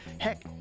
heck